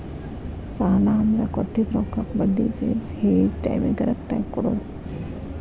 ಸಾಲ ಅಂದ್ರ ಕೊಟ್ಟಿದ್ ರೊಕ್ಕಕ್ಕ ಬಡ್ಡಿ ಸೇರ್ಸಿ ಹೇಳಿದ್ ಟೈಮಿಗಿ ಕರೆಕ್ಟಾಗಿ ಕೊಡೋದ್